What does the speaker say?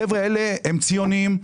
החבר'ה האלה הם ציוניים.